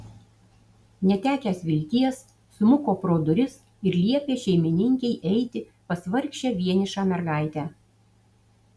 netekęs vilties smuko pro duris ir liepė šeimininkei eiti pas vargšę vienišą mergaitę